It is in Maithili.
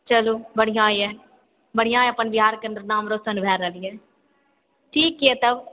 चलू बढ़िआँ यए बढ़िआँ यए अपन बिहारके नाम रोशन भए रहल यए ठीक यए तब